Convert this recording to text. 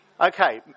Okay